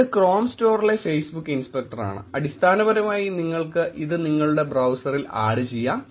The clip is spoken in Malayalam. ഇത് Chrome സ്റ്റോറിലെ ഫേസ്ബുക്ക് ഇൻസ്പെക്ടറാണ് അടിസ്ഥാനപരമായി നിങ്ങൾക്ക് ഇത് നിങ്ങളുടെ ബ്രൌസറിൽ ആഡ് ചെയ്യാം